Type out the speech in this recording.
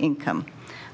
income